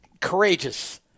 courageous